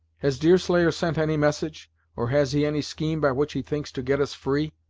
has deerslayer sent any message or has he any scheme by which he thinks to get us free?